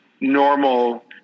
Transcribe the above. normal